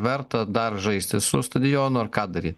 verta dar žaisti su stadionu ar ką daryt